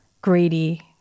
greedy